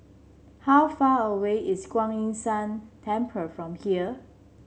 how far away is Kuan Yin San Temple from here